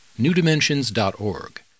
newdimensions.org